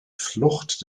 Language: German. flucht